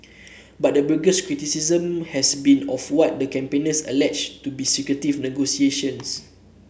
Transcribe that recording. but the biggest criticism has been of what the campaigners allege to be secretive negotiations